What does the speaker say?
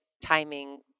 timing